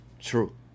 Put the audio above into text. True